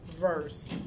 verse